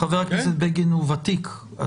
חבר הכנסת בגין הוא ותיק.